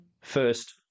first